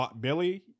Billy